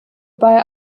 bei